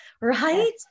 right